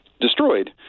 destroyed